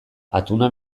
altuna